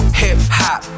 hip-hop